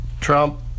Trump